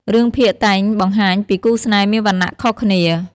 រឿងភាគតែងបង្ហាញពី គូស្នេហ៍មានវណ្ណៈខុសគ្នា។